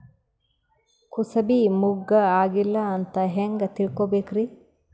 ಕೂಸಬಿ ಮುಗ್ಗ ಆಗಿಲ್ಲಾ ಅಂತ ಹೆಂಗ್ ತಿಳಕೋಬೇಕ್ರಿ?